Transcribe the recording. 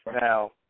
Now